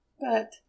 But